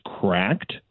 cracked